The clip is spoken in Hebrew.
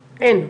אין.